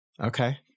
Okay